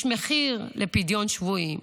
יש מחיר לפדיון שבויים.